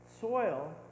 soil